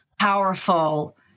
powerful